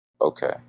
Okay